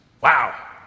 Wow